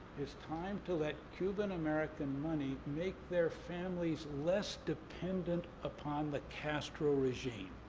it's time to let cuban american money make their families less dependent upon the castro regime.